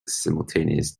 simultaneous